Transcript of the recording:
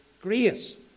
grace